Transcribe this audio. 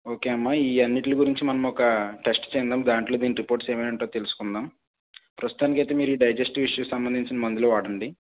okay అమ్మ ఈ అన్నిటి గురించి మనం ఒక టెస్టు చేయిద్దాం దాంట్లో దీంట్లో రిపోర్ట్స్ ఏమో ఏంటో తెలుసుకుందాం ప్రస్తుతానికైతే మీరు ఈ డైజెస్టివ్ ఇష్యూకి సంబంధించిన మందులు వాడండి